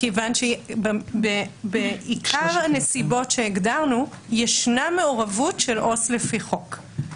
כיוון שבעיקר הנסיבות שהגדרנו יש מעורבות של עובד סוציאלי לפי חוק,